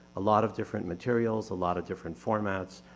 a lot of different materials, a lot of different formats,